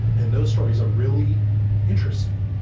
and those stories are really interesting.